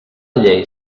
llei